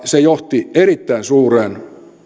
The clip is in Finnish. se johti erittäin suureen